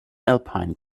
alpine